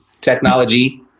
technology